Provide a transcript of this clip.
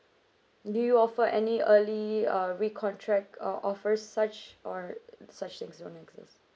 do you offer any early uh recontract uh offers such or such things don't exist